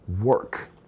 work